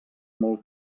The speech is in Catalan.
molt